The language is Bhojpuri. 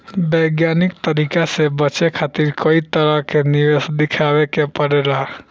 वैज्ञानिक तरीका से बचे खातिर कई तरह के निवेश देखावे के पड़ेला